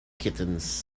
kittens